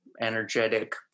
energetic